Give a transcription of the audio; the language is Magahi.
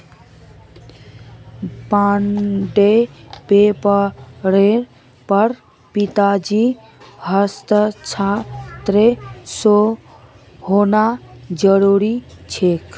बॉन्ड पेपरेर पर पिताजीर हस्ताक्षर होना जरूरी छेक